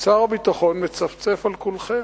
שר הביטחון מצפצף על כולכם,